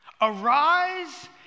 arise